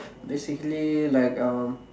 basically like um